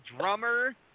drummer